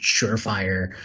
surefire